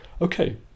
Okay